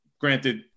granted